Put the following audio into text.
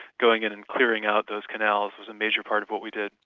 going in and clearing out those canals was a major part of what we did.